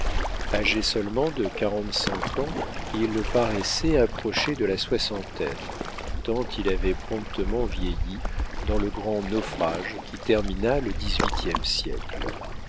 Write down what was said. agé seulement de quarante-cinq ans il paraissait approcher de la soixantaine tant il avait promptement vieilli dans le grand naufrage qui termina le dix-huitième siècle